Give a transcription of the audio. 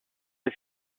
des